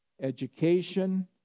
education